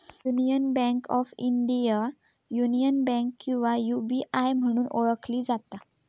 union bank of India, union bank किंवा UBI म्हणून ओळखली जाता